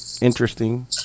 interesting